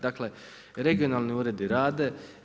Dakle, regionalni uredi rade.